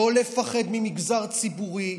לא לפחד ממגזר ציבורי,